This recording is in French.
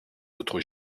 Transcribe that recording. autres